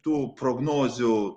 tų prognozių